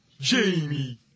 Jamie